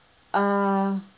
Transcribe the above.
uh